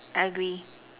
I agree